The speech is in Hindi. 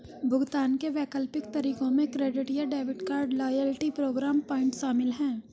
भुगतान के वैकल्पिक तरीकों में क्रेडिट या debit card, loyalty program point शामिल है